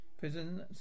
Prison